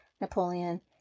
Napoleon